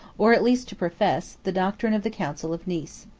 or at least to profess, the doctrine of the council of nice.